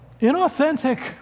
inauthentic